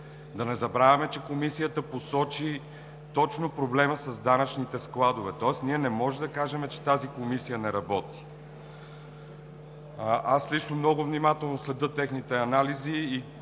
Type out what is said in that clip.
Да не забравяме, че Комисията посочи точно проблема с данъчните складове, тоест ние не може да кажем, че тази Комисия не работи. Аз лично много внимателно следя техните анализи